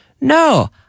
No